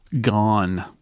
gone